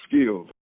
skills